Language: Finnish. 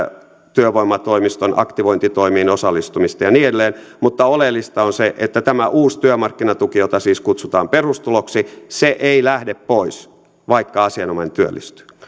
työvoimatoimiston aktivointitoimiin osallistumista ja niin edelleen mutta oleellista on se että tämä uusi työmarkkinatuki jota siis kutsutaan perustuloksi ei lähde pois vaikka asianomainen työllistyy